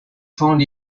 found